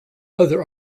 other